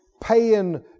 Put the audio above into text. paying